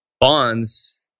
Bonds